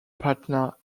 patna